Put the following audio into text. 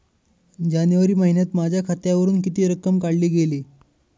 जानेवारी महिन्यात माझ्या खात्यावरुन किती रक्कम काढली गेली?